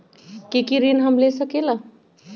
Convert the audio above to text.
की की ऋण हम ले सकेला?